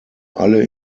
alle